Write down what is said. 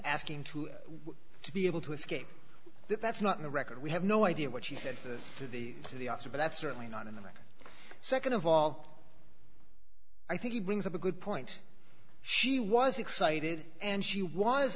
asking to to be able to escape that's not on the record we have no idea what she said to the to the to the officer but that's certainly not in the record nd of all i think it brings up a good point she was excited and she was